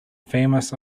famous